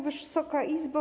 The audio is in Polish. Wysoka Izbo!